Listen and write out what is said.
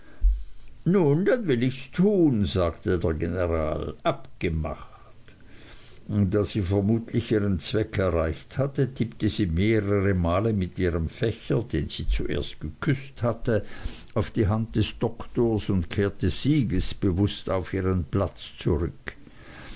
nun dann will ichs tun sagte der general abgemacht da sie vermutlich ihren zweck erreicht hatte tippte sie mehrere male mit ihrem fächer den sie zuerst geküßt hatte auf die hand des doktors und kehrte siegesbewußt auf ihren platz zurück